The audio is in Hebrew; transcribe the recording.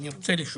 אני רוצה לשאול,